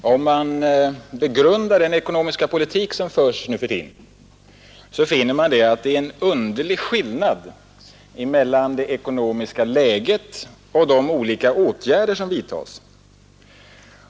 Herr talman! Om man begrundar den ekonomiska politik som numera förs här i landet, finner man att det är en underlig skillnad mellan det ekonomiska läget och de ekonomiska åtgärder som vidtas.